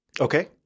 Okay